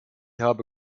habe